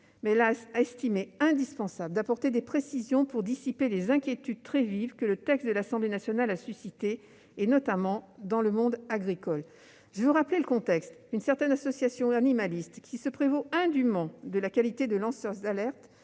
mais elle a estimé indispensable d'apporter des précisions pour dissiper les inquiétudes très vives que le texte de l'Assemblée nationale a suscitées, notamment dans le monde agricole. Je veux rappeler le contexte. Une certaine association animaliste, qui se prévaut indûment de la qualité de lanceuse d'alerte,